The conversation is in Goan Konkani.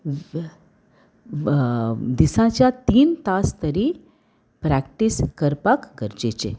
दिसांच्या तीन तास तरी प्रॅक्टीस करपाक गरजेचे